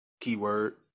keyword